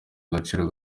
agaciro